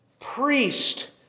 priest